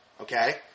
Okay